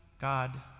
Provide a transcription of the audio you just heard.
God